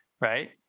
right